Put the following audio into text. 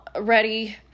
ready